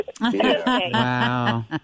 wow